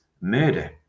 murder